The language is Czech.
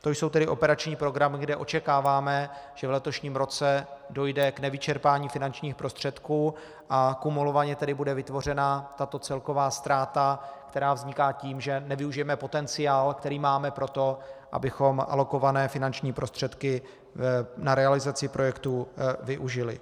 To jsou tedy operační programy, kde očekáváme, že v letošním roce dojde k nevyčerpání finančních prostředků, a kumulovaně tedy bude vytvořena tato celková ztráta, která vzniká tím, že nevyužijeme potenciál, který máme pro to, abychom alokované finanční prostředky na realizaci projektů využili.